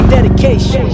Dedication